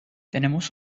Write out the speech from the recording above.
tenemos